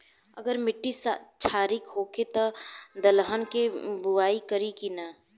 अगर मिट्टी क्षारीय होखे त दलहन के बुआई करी की न?